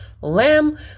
lamb